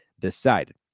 decided